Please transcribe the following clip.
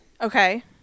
Okay